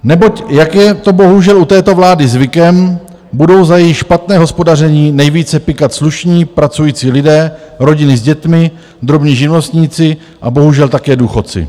Neboť jak je to bohužel u této vlády zvykem, budou za její špatné hospodaření nejvíce pykat slušní pracující lidé, rodiny s dětmi, drobní živnostníci a bohužel také důchodci.